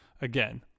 Again